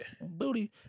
booty